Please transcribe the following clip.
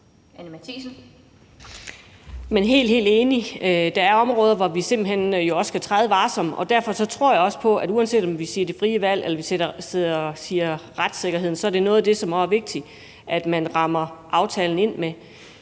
helt enig. Der er jo også områder, hvor vi simpelt hen skal træde varsomt, og derfor tror jeg også på, uanset om vi taler om det frie valg eller vi taler om retssikkerheden, at det er noget af det, som det er vigtigt at man rammer aftalen ind med.